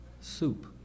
soup